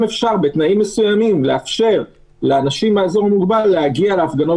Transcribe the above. אפשר בתנאים מסוימים לאפשר לאנשים מהאזור המוגבל להגיע להפגנות